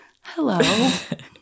hello